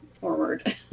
forward